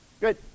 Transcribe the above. Good